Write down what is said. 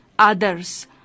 others